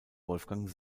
wolfgang